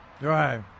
right